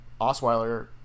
Osweiler